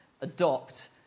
adopt